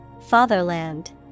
Fatherland